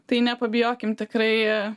tai nepabijokim tikrai